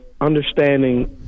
understanding